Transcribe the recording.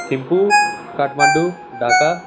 Thimphu Kathmandu Dhaka